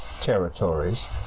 territories